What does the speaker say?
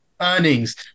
earnings